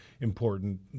important